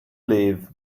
live